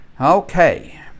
Okay